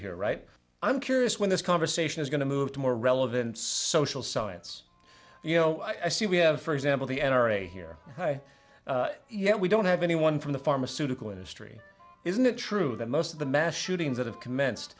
here right i'm curious when this conversation is going to move to more relevance social science you know i see we have for example the n r a here yet we don't have anyone from the pharmaceutical industry isn't it true that most of the mass shootings that have commenced